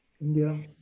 India